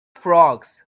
frogs